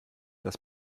dass